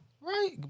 Right